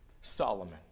Solomon